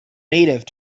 native